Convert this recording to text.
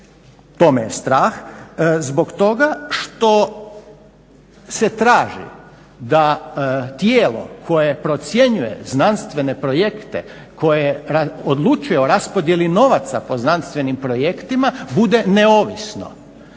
to me je strah, zbog toga što se traži da tijelo koje procjenjuje znanstvene projekte, koje odlučuje o raspodjeli novaca po znanstvenim projektima bude neovisno.